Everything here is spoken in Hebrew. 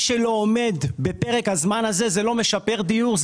שלא עומד בפרק הזמן הזה הוא לא משפר דיור,